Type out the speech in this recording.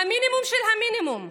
המינימום של המינימום: